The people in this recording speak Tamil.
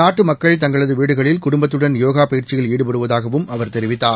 நாட்டு மக்கள் தங்ளது வீடுகளில் குடும்பத்தடன் யோகா பயிற்சியில் ஈடுபடுவதாகவும் அவர் தெரிவித்தார்